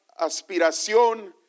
aspiración